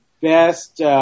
best